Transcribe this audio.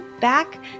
back